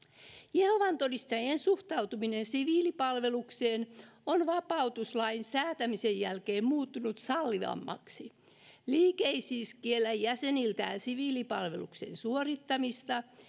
jehovan todistajien suhtautuminen siviilipalvelukseen on vapautuslain säätämisen jälkeen muuttunut sallivammaksi liike ei siis kiellä jäseniltään siviilipalveluksen suorittamista